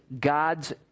God's